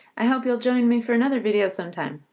i hope you'll join me for another video sometime.